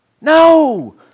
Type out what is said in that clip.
no